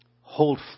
hold